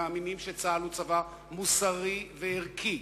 מאמינים שצה"ל הוא צבא מוסרי וערכי,